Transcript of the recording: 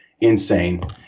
insane